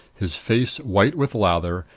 his face white with lather,